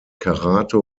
karate